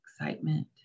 excitement